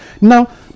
Now